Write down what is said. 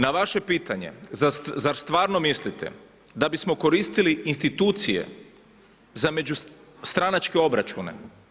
Na vaše pitanje zar stvarno mislite da bismo koristili institucije za međustranačke obračune?